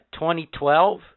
2012